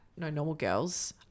nonormalgirls